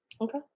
Okay